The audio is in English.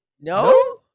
No